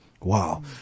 Wow